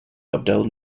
abdel